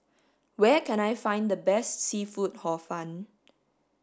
where can I find the best seafood hor fun